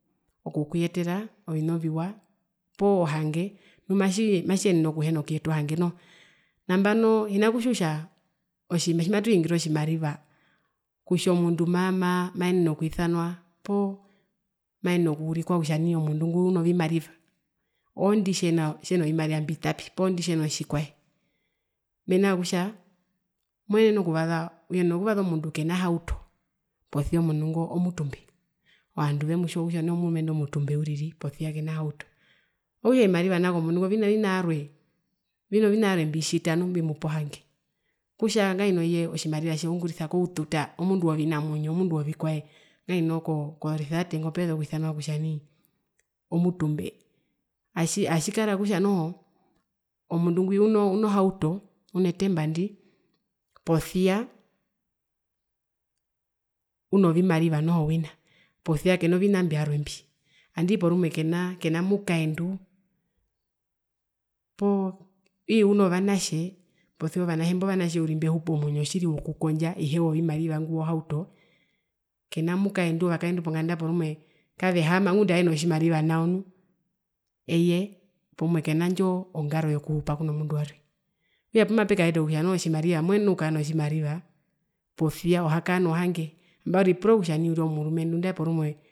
Okuyetera ovina oviwa poo hange nu matji matjiyenene okuhina kuyeta ohange noho nambano hina kutjiwa kutja otjima tjimatuhingire otjimariva kutja omundu maa maa maenene okwisanwa poo maenene okuurikwa kutja nai omundu ngo uno vimariva oondi tjena tjeno vimariva mbitapi poo ndi tjeno tjikwae? Mena rokutja moenene okuvasa uyenena okuvasa omundu kena hauto posia omundu ngo mutumbe ovandu vemutjiwa kutja nai omurumendu omutumbe uriri posia kena hauto, okutja ovimariva nao komundu ngo vino vina vyarwe mbivitjita nu mbimupa ohange kutja ngahino eye otjimariva tje uungurisa koututa omundu wovinamwinyo omundu wovikwae ngahino ko kozoresevate epokwisanewa kutja nai omutumbe atji atjikara kutja noho omundu ngwi uno hauto une temba ndi posia uno vimariva noho wina posia keno vina imbio vyarwe mbi kena mukaendu ii unovanatje posia ovanatje ovanatje uriri mbehupa omwinyo tjiri wokukondja ihe wovimariva ngwi wohauto kena mukaendu ovakaendu ponganda porumwe kavehaama ngunda aeno tjimariva nao nu eye porumwe kenandjo ngaro yokuhupa pweno mundu warwe okutja opumapekaeta kutja otjimariva mwenene okukaa notjimariva posia ohakaa nohange ambano ripura kutja omurumendu uriri omurumendu nandae porumwe